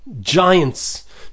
giants